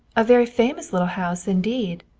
a very famous little house, indeed.